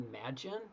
imagine